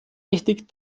richtig